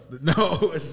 No